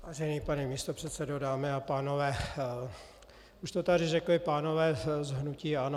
Vážený pane místopředsedo, dámy a pánové, už to tady řekli pánové z hnutí ANO.